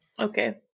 Okay